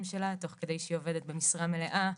שלה תוך כדי שהיא עובדת במשרה מלאה,